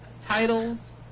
titles